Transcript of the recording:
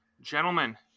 Gentlemen